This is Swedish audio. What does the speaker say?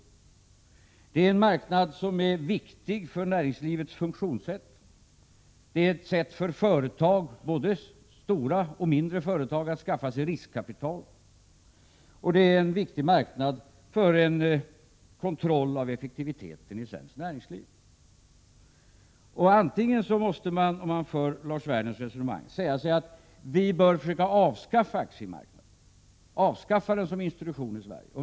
Det är en marknad som är viktig för näringslivets funktionssätt, det är ett sätt för företag, både stora och mindre företag, att skaffa sig riskkapital, och det är en viktig marknad för en kontroll av effektiviteten i svenskt näringsliv. Enligt det första av två alternativ måste man, om man för Lars Werners resonemang, säga sig att vi bör försöka avskaffa aktiemarknaden som institution i Sverige.